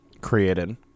created